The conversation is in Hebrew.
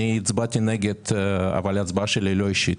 הצבעתי נגד אבל ההצבעה שלי היא לא אישית,